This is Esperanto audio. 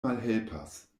malhelpas